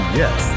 yes